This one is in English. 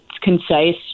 concise